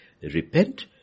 repent